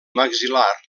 maxil·lar